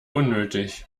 unnötig